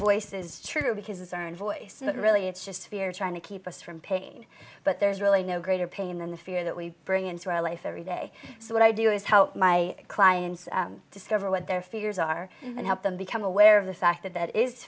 voice is true because it's earned voice but really it's just fear trying to keep us from pain but there's really no greater pain than the fear that we bring into our life every day so what i do is how my clients discover what their fears are and help them become aware of the fact that that is